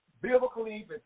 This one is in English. biblically